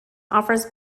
offers